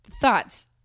thoughts